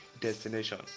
destination